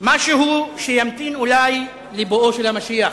משהו שימתין אולי לבואו של המשיח?